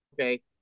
Okay